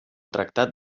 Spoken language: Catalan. tractat